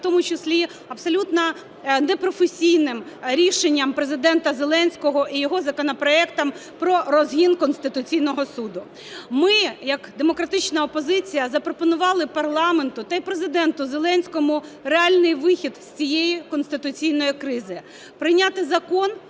в тому числі абсолютно непрофесійним рішенням Президента Зеленського і його законопроектом про розгін Конституційного Суду. Ми як демократична опозиція запропонували парламенту, та й Президенту Зеленському, реальний вихід з цієї конституційної кризи: прийняти Закон